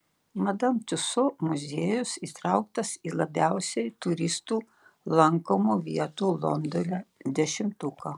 madam tiuso muziejus įtrauktas į labiausiai turistų lankomų vietų londone dešimtuką